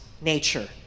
nature